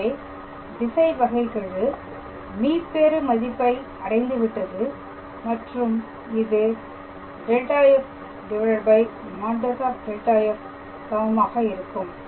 எனவே திசைவகைகெழு மீப்பெரு மதிப்பை அடைந்துவிட்டது மற்றும் இது ∇⃗⃗ f |∇⃗⃗ f| சமமாக இருக்கும்